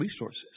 resources